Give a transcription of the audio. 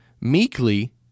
Meekly